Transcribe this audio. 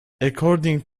according